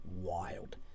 wild